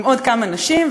עם עוד כמה נשים,